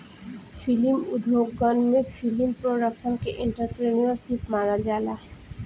film उद्योगन में film production के एंटरप्रेन्योरशिप मानल जाला